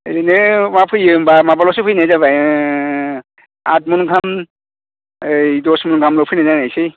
ओरैनो माबा फैयो होमब्ला माबाल'सो फैनाय जाबाय आद मन गाहाम दस मन गाहामल' फैनाय जानायसै